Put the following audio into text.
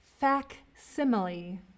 Facsimile